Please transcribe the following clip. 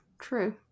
true